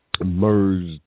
merged